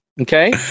Okay